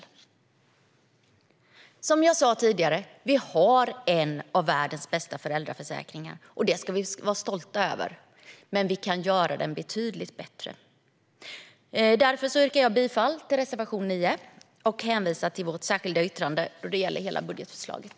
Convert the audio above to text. Det är som jag sa tidigare: Vi har en av världens bästa föräldraförsäkringar. Det ska vi vara stolta över. Men vi kan göra den betydligt bättre. Jag yrkar därför bifall till reservation 9 och hänvisar till vårt särskilda yttrande när det gäller hela budgetförslaget.